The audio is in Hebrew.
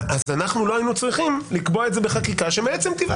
אנחנו לא היינו צריכים לקבוע את זה בחקיקה שמעצם טבעה,